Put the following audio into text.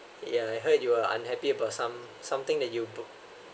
ya I heard you were unhappy about some something that you pur~